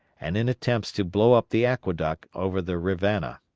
and in attempts to blow up the aqueduct over the rivanna.